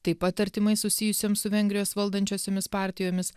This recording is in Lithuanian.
taip pat artimai susijusioms su vengrijos valdančiosiomis partijomis